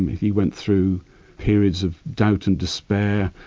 he went through periods of doubt and despair,